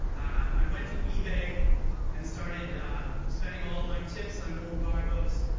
i went to ebay and started spending all of my tips on old bar books